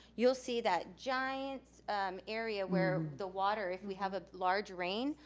you'll see that giant area where the water, if we have a large rain,